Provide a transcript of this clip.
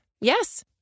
Yes